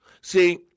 See